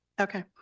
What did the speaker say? Okay